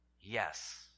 Yes